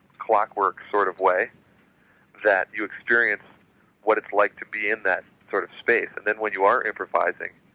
clockwork sort of way that you experience what it's like to be in that sort of space. and then when you are improvising,